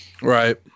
Right